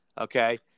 okay